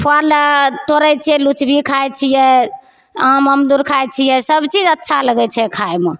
फल तोड़ैत छियै लुचबी खाइत छियै आम अमदुर खाइत छियै सबचीज अच्छा लगैत छै खाइमे